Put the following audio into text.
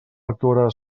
actuarà